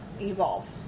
evolve